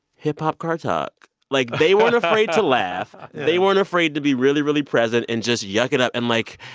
hip-hop car talk. like, they weren't afraid to laugh they weren't afraid to be really, really present and just yuck it up. and, like,